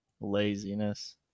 laziness